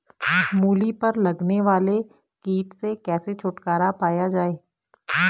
मूली पर लगने वाले कीट से कैसे छुटकारा पाया जाये?